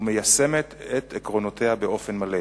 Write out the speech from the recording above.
ומיישמת את עקרונותיה באופן מלא.